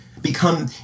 become